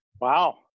Wow